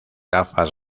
gafas